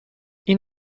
این